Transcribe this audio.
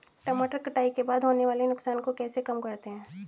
टमाटर कटाई के बाद होने वाले नुकसान को कैसे कम करते हैं?